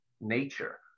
nature